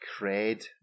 cred